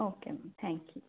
okay ma'am thank you